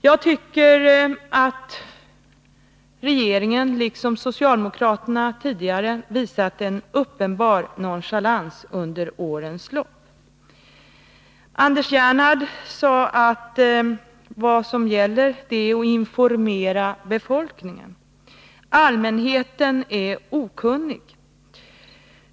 Jag tycker att regeringen liksom tidigare socialdemokraterna har visat en uppenbar nonchalans under årens lopp. Anders Gernandt sade att det gäller att utöka informationen till allmänheten, som är okunnig.